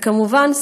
וכמובן,